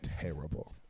terrible